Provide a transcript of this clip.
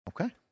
Okay